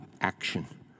action